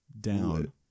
down